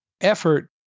effort